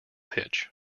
hitch